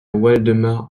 waldemar